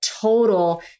total